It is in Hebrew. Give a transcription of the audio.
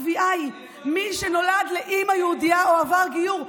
הקביעה היא: מי שנולד לאימא יהודייה או עבר גיור.